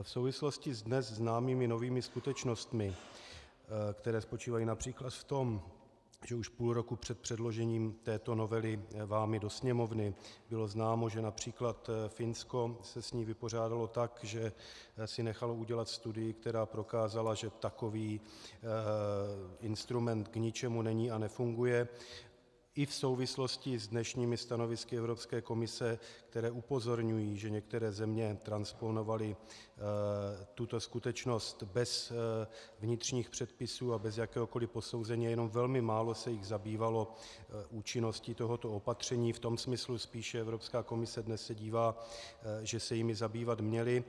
V souvislosti s dnes známými novými skutečnostmi, které spočívají např. v tom, že už půl roku před předložením této novely vámi do Sněmovny bylo známo, že např. Finsko se s ní vypořádalo tak, že si nechalo udělat studii, která prokázala, že takový instrument k ničemu není a nefunguje, i v souvislosti s dnešními stanovisky Evropské komise, která upozorňují, že některé země transponovaly tuto skutečnost bez vnitřních předpisů a bez jakéhokoliv posouzení a jenom velmi málo se jich zabývalo účinností tohoto opatření, v tom smyslu spíše Evropská komise dnes se dívá, že se jimi zabývat měly.